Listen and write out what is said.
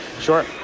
Sure